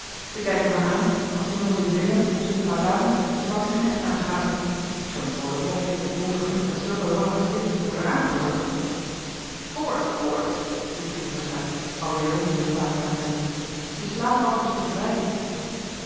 zij kijken me aan als de jongens in zeeland op sinterklaasavond den zwarten knecht aangapen zoo'n vroolijk mopje behoeft toch niet met zulke lange gezichten te worden aangehoord voort voort riep veritas uit al wederom zijn paard aanzettend je slaaf wacht op zijn bevrijding